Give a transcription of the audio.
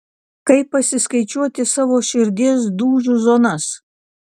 kaip pasiskaičiuoti savo širdies dūžių zonas